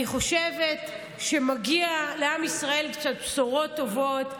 אני חושבת שמגיע לעם ישראל קצת בשורות טובות.